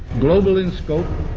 global in scope,